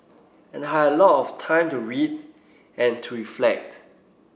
and had a lot of time to read and to reflect